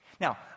Now